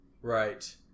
right